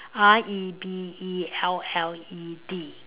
R E B E L L E D